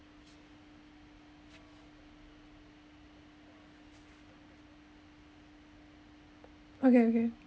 okay okay